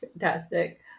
Fantastic